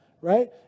right